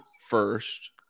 first